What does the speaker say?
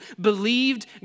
believed